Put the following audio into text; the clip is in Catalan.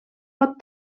pot